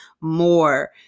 more